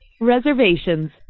reservations